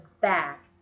back